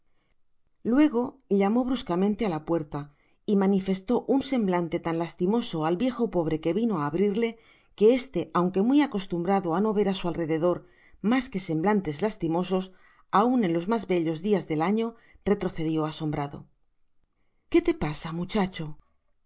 luego llamó bruscamente á la puerta y manifestó un semblante tan lastimoso al viejo pobre que vino á abrirle que este aunque muy acostumbrado á no ver á su alrededor mas que semblantes lastimosos aun en los mas bellos dias del año retrocedió asombrado que te pasa muchacho